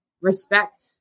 respect